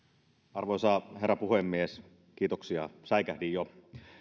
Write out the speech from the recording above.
arvoisa herra puhemies kiitoksia säikähdin jo